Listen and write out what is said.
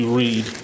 read